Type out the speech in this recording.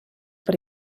per